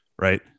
right